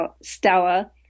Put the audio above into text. Stella